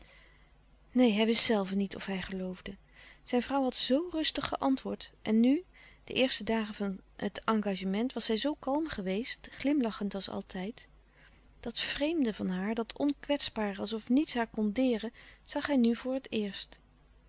neen hij wist zelve niet of hij geloofde zijn vrouw had zoo rustig geantwoord en nu de eerste dagen van het engagement was zij zoo kalm geweest glimlachend als altijd dat vreemde van haar dat onkwetsbare alsof niets haar kon deren zag hij nu voor het eerst